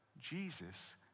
Jesus